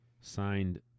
Signed